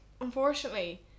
unfortunately